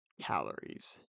calories